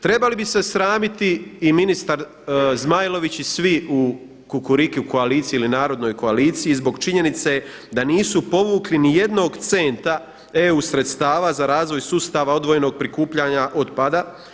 Trebali bi se sramiti i ministar Zmajlović i svi u Kukuriku koaliciji ili Narodnoj koaliciji zbog činjenice da nisu povukli nijednog centa eu sredstava za razvoj sustava odvojenog prikupljanja otpada.